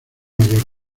mallorca